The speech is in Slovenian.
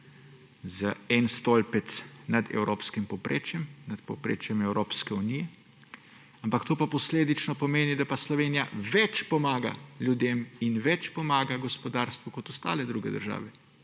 za en stolpec nad evropskim povprečjem, nad povprečjem Evropske unije, ampak to pa posledično pomeni, da pa Slovenija več pomaga ljudem in več pomaga gospodarstvu kot ostale druge države,